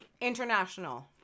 International